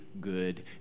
good